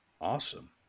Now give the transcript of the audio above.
Awesome